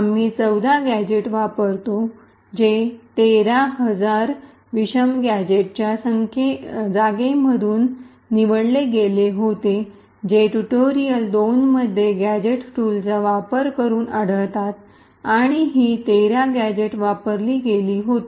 आम्ही 14 गॅझेट्स वापरतो जे 13000 विषम गॅझेटच्या जागेमधून निवडले गेले होते जे ट्यूटोरियल 2 मध्ये गॅझेट टूलचा वापर करून आढळतात आणि ही 13 गॅझेट्स वापरली गेली होती